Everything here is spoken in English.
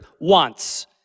wants